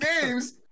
games